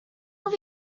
were